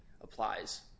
applies